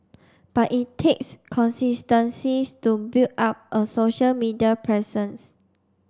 but it takes consistencies to build up a social media presence